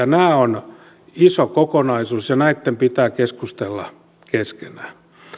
nämä ovat iso kokonaisuus ja näitten pitää keskustella keskenään